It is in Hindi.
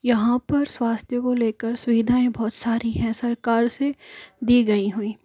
यहाँ पर स्वास्थय को लेकर सुविधाएं बहुत सारी हैं सरकार से दी गई हुई